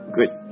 Good